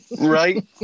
Right